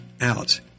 out